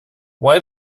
why